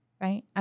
right